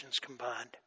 combined